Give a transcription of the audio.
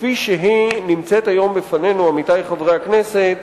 כפי שהיא נמצאת היום בפנינו, עמיתי חברי הכנסת,